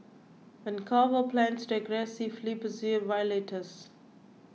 Vancouver plans to aggressively pursue violators